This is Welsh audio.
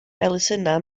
elusennau